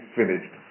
finished